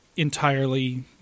entirely